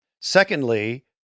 Secondly